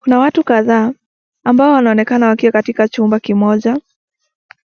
Kuna watu kadhaa ambao wanaonekana wakiwa katika chumba kimoja.